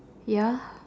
ya